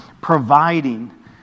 providing